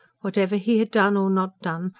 whatever he had done or not done,